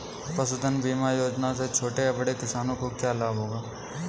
पशुधन बीमा योजना से छोटे या बड़े किसानों को क्या लाभ होगा?